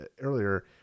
earlier